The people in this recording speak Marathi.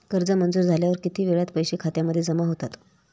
कर्ज मंजूर झाल्यावर किती वेळात पैसे खात्यामध्ये जमा होतात?